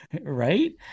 Right